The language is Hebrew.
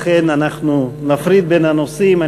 אכן אנחנו נפריד את הנושאים.